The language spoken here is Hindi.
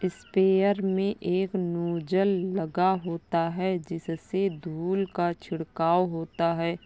स्प्रेयर में एक नोजल लगा होता है जिससे धूल का छिड़काव होता है